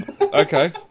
okay